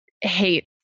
hate